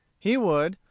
he would,